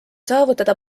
saavutada